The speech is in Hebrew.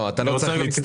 לא, אתה לא צריך להצטער.